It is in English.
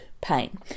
pain